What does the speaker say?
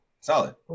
solid